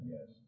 Yes